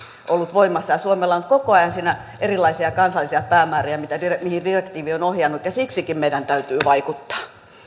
ollut voimassa ja suomella on koko ajan siinä erilaisia kansallisia päämääriä mihin direktiivi on ohjannut ja siksikin meidän täytyy vaikuttaa